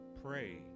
pray